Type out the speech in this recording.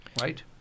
right